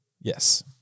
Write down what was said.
yes